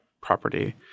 property